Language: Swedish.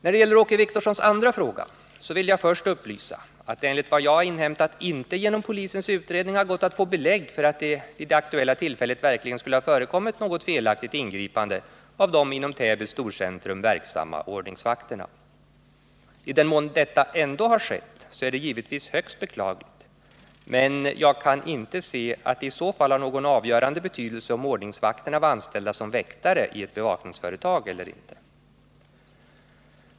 När det gäller Åke Wictorssons andra fråga vill jag först upplysa att det enligt vad jag har inhämtat inte genom polisens utredning har gått att få belägg för att det vid det aktuella tillfället verkligen skulle ha förekommit något felaktigt ingripande av de inom Täby storcentrum verksamma ordningsvakterna. I den mån detta ändå har skett är det givetvis högst beklagligt, men jag kan inte se att det i så fall har någon avgörande betydelse om ordningsvakterna var anställda som väktare i ett bevakningsföretag eller inte.